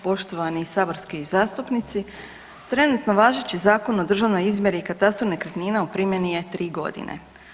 Poštovani saborski zastupnici trenutno važeći Zakon o državnoj izmjeri i katastru nekretnina u primjeni je 3 godine.